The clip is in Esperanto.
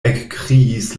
ekkriis